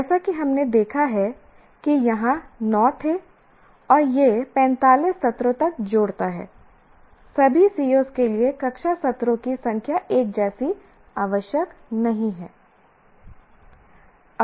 जैसा कि हमने देखा है कि यहाँ 9 थे और यह 45 सत्रों तक जोड़ता है सभी COs के लिए कक्षा सत्रों की संख्या एक जैसी आवश्यक नहीं है